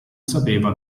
sapeva